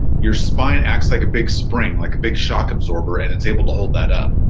you're spine acts like a big spring, like a big shock absorber, and it's able to hold that up.